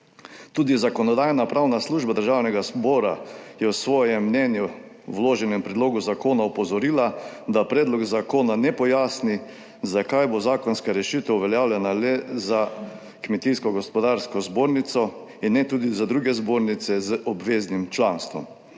Tudi Zakonodajno-pravna služba Državnega zbora je v svojem mnenju o vloženem predlogu zakona opozorila, da predlog zakona ne pojasni, zakaj bo zakonska rešitev uveljavljena le za Kmetijsko gozdarsko zbornico, in ne tudi za druge zbornice z obveznim članstvom.